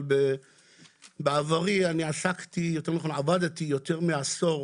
אבל בעברי עבדתי יותר מעשור